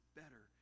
better